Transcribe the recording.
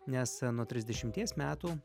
nes nuo trisdešimties metų